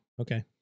okay